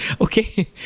okay